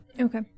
Okay